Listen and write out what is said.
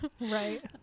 right